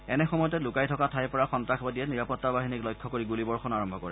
এনে সময়তে লুকাই থকা ঠাইৰ পৰা সন্তাসবাদীয়ে নিৰাপত্তা বাহিনীক লক্ষ্য কৰি গুলীবৰ্ষণ আৰম্ভ কৰে